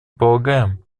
полагаем